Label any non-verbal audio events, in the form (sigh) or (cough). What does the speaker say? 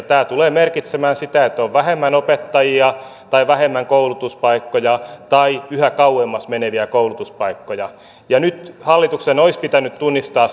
(unintelligible) tämä tulee merkitsemään sitä että on vähemmän opettajia tai vähemmän koulutuspaikkoja tai yhä kauemmas meneviä koulutuspaikkoja nyt hallituksen olisi pitänyt tunnistaa (unintelligible)